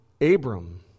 Abram